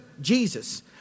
Jesus